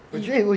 eh